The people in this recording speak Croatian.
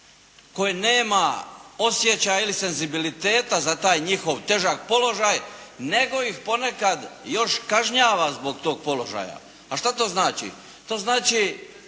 koje nemaju osjećaja ili senzibiliteta za taj njihov težak položaj nego ih ponekad još kažnjava zbog tog položaja. A šta to znači? To znači,